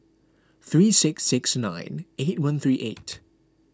three six six nine eight one three eight